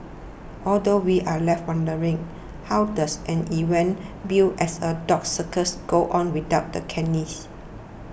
although we're left wondering how does an event billed as a dog circus go on without the canines